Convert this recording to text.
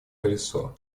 колесо